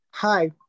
Hi